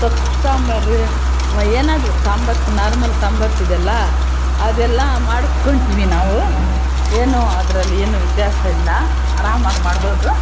ಸೊಪ್ಪು ಸಾಂಬಾರು ಏನಾದರೂ ಸಾಂಬಾರ್ಸ್ ನಾರ್ಮಲ್ ಸಾಂಬಾರ್ಸ್ ಇದೆಯಲ್ಲ ಅದೆಲ್ಲ ಮಾಡ್ಕೊತೀವಿ ನಾವು ಏನು ಅದ್ರಲ್ಲಿ ಏನು ವ್ಯತ್ಯಾಸ ಇಲ್ಲ ಆರಾಮಾಗಿ ಮಾಡ್ಬೋದು